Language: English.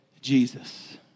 Jesus